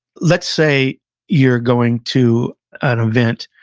let's say you're going to an event,